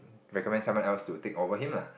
recommend someone else to take over him lah